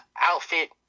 outfit